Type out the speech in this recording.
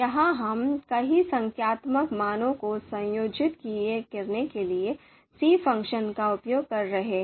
यहां हम कई संख्यात्मक मानों को संयोजित करने के लिए 'c फ़ंक्शन का उपयोग कर रहे हैं